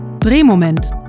Drehmoment